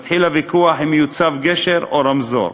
מתחיל הוויכוח אם יוצב גשר או רמזור.